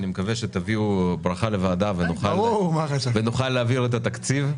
אני מקווה שתביאו ברכה לוועדה ונוכל להעביר את התקציב.